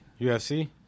UFC